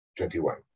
21